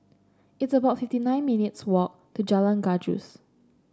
it's about fifty nine minutes' walk to Jalan Gajus